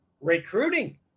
recruiting